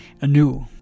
anew